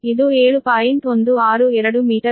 ಹಾಗೆಯೇ rx ಎಂಬುದು x ಗುಂಪು